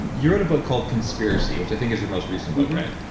you wrote a book called conspiracy, which i think is your most recent book, right?